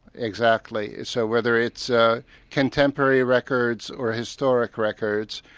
exactly. so whether it's ah contemporary records or historic records,